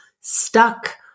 stuck